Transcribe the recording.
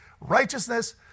Righteousness